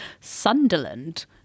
Sunderland